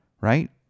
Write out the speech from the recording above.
right